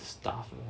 stuff you know